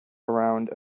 around